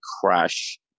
crash